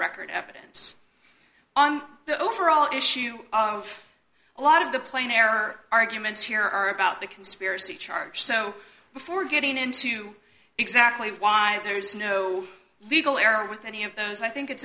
record evidence on the overall issue of a lot of the plain error arguments here are about the conspiracy charge so before getting into exactly why there is no legal error with any of those i think it's